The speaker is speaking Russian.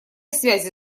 связи